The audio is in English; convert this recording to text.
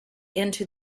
into